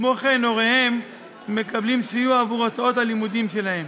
וכמו כן הוריהם מקבלים סיוע עבור הוצאות הלימודים שלהם.